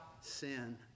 sin